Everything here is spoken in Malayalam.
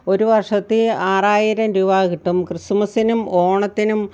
ഒരു വർഷത്തിൽ ആറായിരം രൂപ കിട്ടും ക്രിസ്തുമസിനും ഓണത്തിനും